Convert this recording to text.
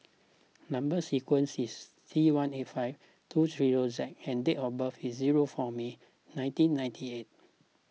Number Sequence is T one eight five two three zero Z and date of birth is zero four May nineteen ninety eight